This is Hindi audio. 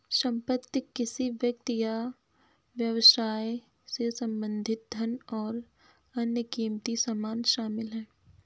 संपत्ति किसी व्यक्ति या व्यवसाय से संबंधित धन और अन्य क़ीमती सामान शामिल हैं